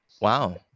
Wow